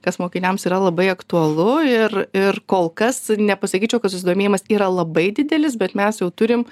kas mokiniams yra labai aktualu ir ir kol kas nepasakyčiau kad susidomėjimas yra labai didelis bet mes jau turim